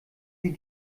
sie